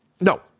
No